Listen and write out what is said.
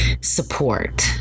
support